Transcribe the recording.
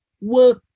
work